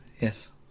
Yes